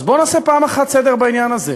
אז בוא נעשה פעם אחת סדר בעניין הזה.